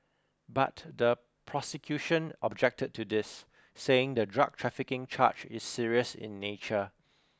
but the prosecution objected to this saying the drug trafficking charge is serious in nature